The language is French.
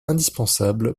indispensable